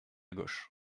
gauche